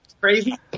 crazy